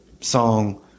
song